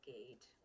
Gate